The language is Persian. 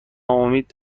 امید